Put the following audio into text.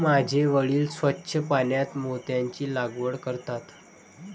माझे वडील स्वच्छ पाण्यात मोत्यांची लागवड करतात